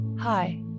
Hi